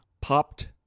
Popped